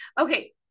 okay